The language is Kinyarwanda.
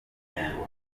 y’umutungo